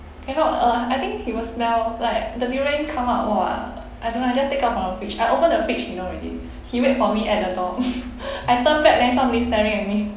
cannot uh I think he will smell like the durian come out !wah! I don't know I just take out from the fridge I open the fridge he know already he wait for me at the door I turn back then somebody staring at me